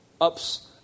Ups